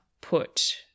put